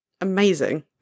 Amazing